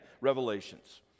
revelations